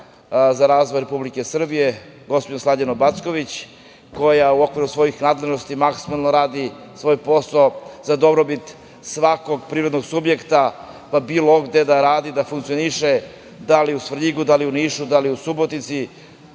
za razvoj Republike Srbije, gospođom Slađanom Backović, koja u okviru svojih nadležnosti maksimalno radi svoj posao za dobrobit svakog privrednog subjekta, bilo gde da radi, da li u Svrljigu, Nišu, Subotici,